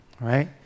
right